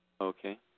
Okay